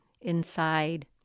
inside